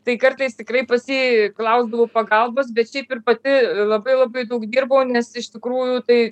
tai kartais tikrai pas jį klausdavau pagalbos bet šiaip ir pati labai labai daug dirbau nes iš tikrųjų tai